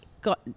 got